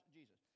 Jesus